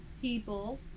people